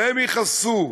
והם יכעסו,